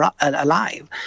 alive